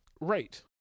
Right